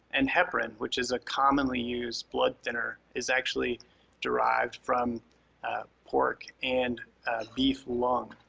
and heparin which is a commonly used blood thinner is actually derived from pork and beef lung.